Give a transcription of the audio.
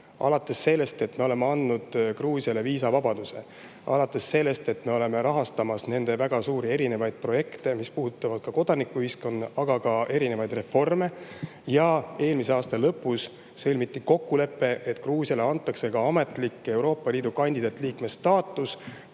alates sellest, et me oleme andnud Gruusiale viisavabaduse ja me rahastame nende väga suuri projekte, mis puudutavad kodanikuühiskonda, aga ka erinevaid reforme. Eelmise aasta lõpus sõlmiti kokkulepe, et Gruusiale antakse ametlik Euroopa Liidu kandidaatliikme staatus,